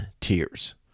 tears